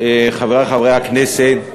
חברי חברי הכנסת,